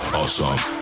awesome